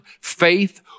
faith